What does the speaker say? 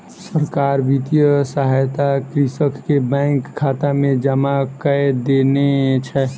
सरकार वित्तीय सहायता कृषक के बैंक खाता में जमा कय देने छै